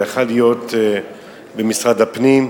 זה יכול להיות במשרד הפנים.